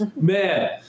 Man